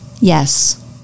yes